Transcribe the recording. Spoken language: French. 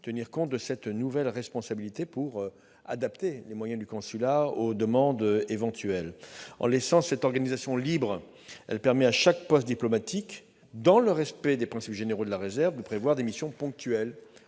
-tenir compte de cette nouvelle responsabilité pour adapter ses moyens aux demandes éventuelles. Laisser cette organisation libre permet à chaque poste diplomatique, dans le respect des principes généraux de la réserve, de prévoir des missions ponctuelles